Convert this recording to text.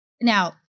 Now